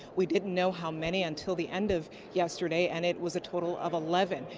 we didn't know how many until the end of yesterday. and it was a total of eleven.